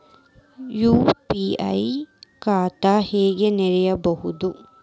UPI ಖಾತಾ ಹೆಂಗ್ ತೆರೇಬೋದು?